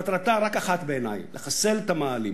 מטרתה רק אחת בעיני: לחסל את המאהלים,